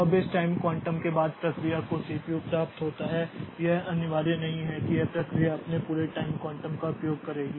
अब इस time quantum के बाद प्रक्रिया को सीपीयू प्राप्त होता है यह अनिवार्य नहीं है कि यह प्रक्रिया अपने पूरे टाइम क्वांटम का उपयोग करेगी